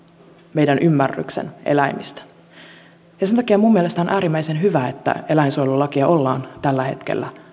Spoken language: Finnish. meidän ymmärryksemme eläimistä sen takia minun mielestäni on äärimmäisen hyvä että eläinsuojelulakia ollaan tällä hetkellä